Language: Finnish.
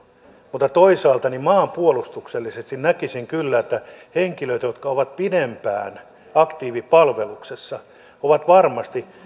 mutta toisaalta maanpuolustuksellisesti näkisin kyllä että henkilöt jotka ovat pidempään aktiivipalveluksessa ovat varmasti